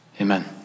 Amen